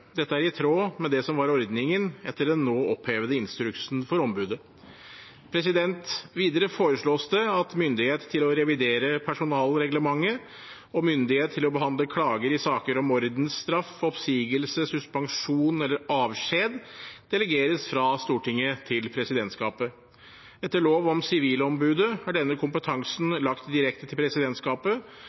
Dette er i tråd med det som var ordningen etter den nå opphevede instruksen for ombudet. Videre foreslås det at myndighet til å revidere personalreglementet og myndighet til å behandle klager i saker om ordensstraff, oppsigelse, suspensjon eller avskjed delegeres fra Stortinget til presidentskapet. Etter lov om sivilombudet er denne kompetansen lagt direkte til presidentskapet,